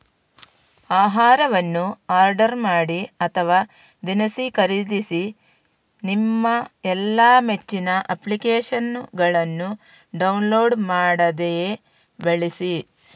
ಆಹಾರವನ್ನು ಆರ್ಡರ್ ಮಾಡಿ ಅಥವಾ ದಿನಸಿ ಖರೀದಿಸಿ ನಿಮ್ಮ ಎಲ್ಲಾ ಮೆಚ್ಚಿನ ಅಪ್ಲಿಕೇಶನ್ನುಗಳನ್ನು ಡೌನ್ಲೋಡ್ ಮಾಡದೆಯೇ ಬಳಸಿ